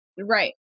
Right